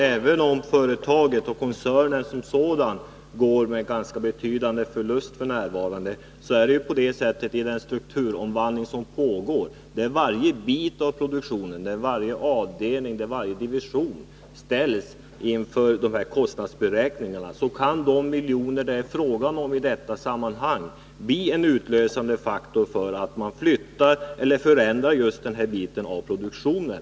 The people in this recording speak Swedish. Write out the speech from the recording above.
Även om företaget och koncernen som sådan går med en ganska betydande förlust f. n., är det ju så att vid den strukturomvandling som pågår — där varje del av produktionen, varje avdelning och varje division ställs inför kostnadsberäkningarna— kan ju de miljoner som det är fråga om i detta sammanhang bli en utlösande faktor för flyttning eller förändring av just den här delen av produktionen.